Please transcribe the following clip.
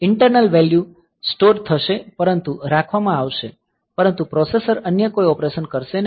internal value store થશે પરંતુ રાખવામાં આવશે પરંતુ પ્રોસેસર અન્ય કોઈ ઓપરેશન કરશે નહીં